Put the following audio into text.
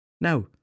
Now